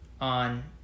on